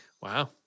Wow